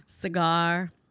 cigar